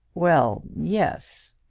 well yes,